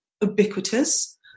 ubiquitous